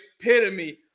epitome